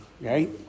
right